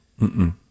Mm-mm